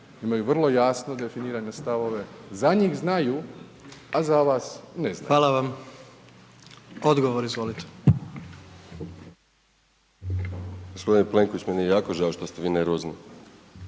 imaju vrlo jasno definirane stavove, za njih znaju, a za vas ne znaju. **Jandroković,